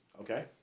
Okay